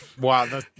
Wow